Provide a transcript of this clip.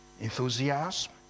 enthusiasm